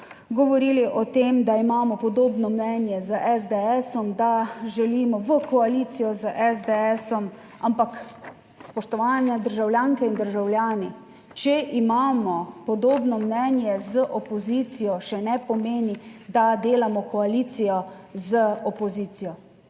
govorili o tem, da imamo podobno mnenje z SDS, da želimo v koalicijo z SDS, ampak spoštovani državljanke in državljani, če imamo podobno mnenje z opozicijo še ne pomeni, da delamo koalicijo z opozicijo.